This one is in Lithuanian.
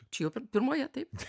čia jau pirmoje taip